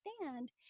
understand